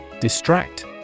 Distract